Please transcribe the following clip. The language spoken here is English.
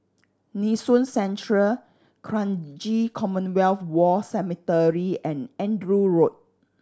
Nee Soon Central Kranji Commonwealth War Cemetery and Andrew Road